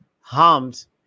harms